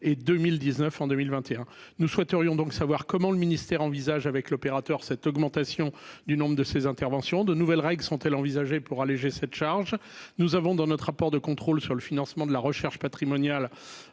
et 2019 en 2021, nous souhaiterions donc savoir comment le ministère envisage avec l'opérateur, cette augmentation du nombre de ses interventions de nouvelles règles sont-elles envisagées pour alléger cette charge, nous avons dans notre rapport de contrôle sur le financement de la recherche patrimonial